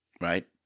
right